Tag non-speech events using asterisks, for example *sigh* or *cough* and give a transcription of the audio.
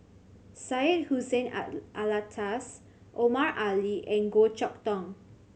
Syed Hussein *unintelligible* Alatas Omar Ali and Goh Chok Tong